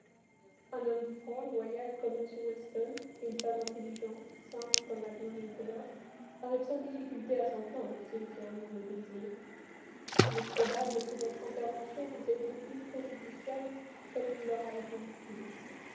un homme franc loyal comme m weston et une femme intelligente simple comme mlle taylor arrivent sans difficulté à s'entendre s'ils en ont le désir il est probable que votre intervention vous a été plus préjudiciable qu'elle ne leur a été utile